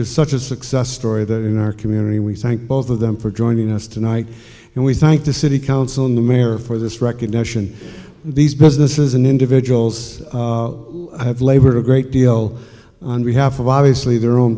is such a success story that in our community we sent both of them for joining us tonight and we thank the city council and the mayor for this recognition these businesses and individuals have labored a great deal on behalf of obviously their own